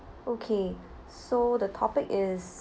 okay so the topic is